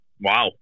Wow